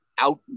out